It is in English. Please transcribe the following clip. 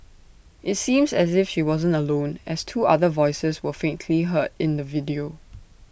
IT seems as if she wasn't alone as two other voices were faintly heard in the video